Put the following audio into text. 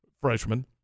freshman